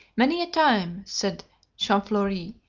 many a time, said champfleury,